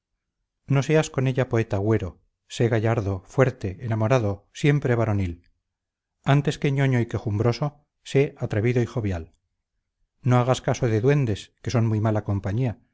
no seas con ella poeta huero sé gallardo fuerte enamorado siempre varonil antes que ñoño y quejumbroso sé atrevido y jovial no hagas caso de duendes que son muy mala compañía